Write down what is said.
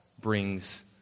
brings